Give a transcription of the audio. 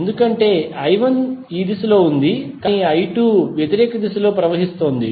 ఎందుకంటే I1 ఈ దిశలో ఉంది కాని I2 వ్యతిరేక దిశలో ప్రవహిస్తోంది